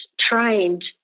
trained